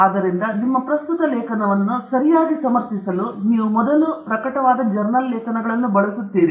ಆದ್ದರಿಂದ ನಿಮ್ಮ ಪ್ರಸ್ತುತ ಲೇಖನವನ್ನು ಸರಿಯಾಗಿ ಸಮರ್ಥಿಸಲು ನೀವು ಮೊದಲು ಪ್ರಕಟವಾದ ಜರ್ನಲ್ ಲೇಖನಗಳನ್ನು ಬಳಸುತ್ತೀರಿ